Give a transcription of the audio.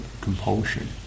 compulsion